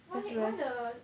why why the